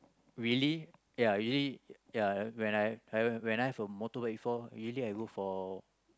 usually ya usually ya when I when I have a motorbike before usually I go for